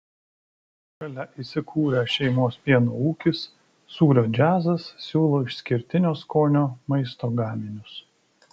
šalia įsikūrę šeimos pieno ūkis sūrio džiazas siūlo išskirtinio skonio maisto gaminius